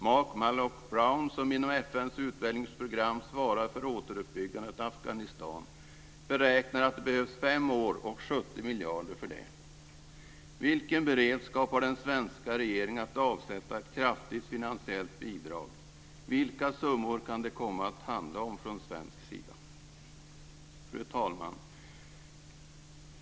Mark Malloch Brown, som inom FN:s utvecklingsprogram svarar för återuppbyggandet av Afghanistan, beräknar att det behövs fem år och 70 miljarder för det. Vilken beredskap har den svenska regeringen att avsätta ett kraftigt finansiellt bidrag? Vilka summor kan det komma att handla om från svensk sida? Fru talman!